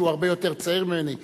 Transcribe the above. שהוא הרבה יותר צעיר ממני,